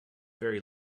very